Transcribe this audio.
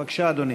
בבקשה, אדוני.